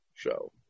show